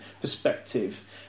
perspective